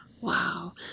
wow